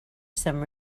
some